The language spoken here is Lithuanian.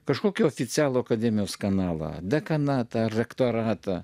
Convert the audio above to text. kažkokį oficialų akademijos kanalą dekanatą elektoratą